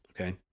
Okay